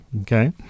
okay